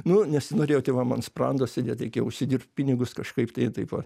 nu nesinorėjo tėvam ant sprando sėdėt reikėjo užsidirbt pinigus kažkaip tai taip va